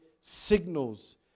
signals